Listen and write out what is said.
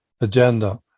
agenda